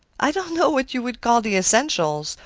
i don't know what you would call the essential,